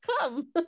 come